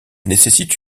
nécessitent